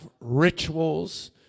rituals